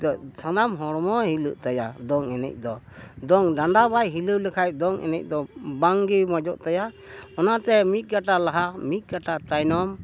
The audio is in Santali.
ᱥᱟᱱᱟᱢ ᱦᱚᱲᱢᱚ ᱦᱤᱞᱟᱹᱜ ᱛᱟᱭᱟ ᱫᱚᱝ ᱮᱱᱮᱡ ᱫᱚ ᱫᱚᱝ ᱰᱟᱸᱰᱟ ᱵᱟᱭ ᱦᱤᱞᱟᱹᱣ ᱞᱮᱠᱷᱟᱱ ᱫᱚᱝ ᱮᱱᱮᱡ ᱫᱚ ᱵᱟᱝᱜᱮ ᱢᱚᱡᱚᱜ ᱛᱟᱭᱟ ᱚᱱᱟᱛᱮ ᱢᱤᱫᱠᱟᱴᱟ ᱞᱟᱦᱟ ᱢᱤᱫ ᱠᱟᱴᱟ ᱛᱟᱭᱱᱚᱢ